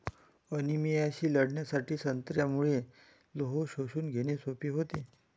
अनिमियाशी लढण्यासाठी संत्र्यामुळे लोह शोषून घेणे सोपे होते